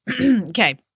okay